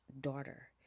daughter